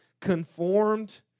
conformed